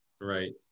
Right